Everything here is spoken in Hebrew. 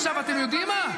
עכשיו, אתם יודעים מה?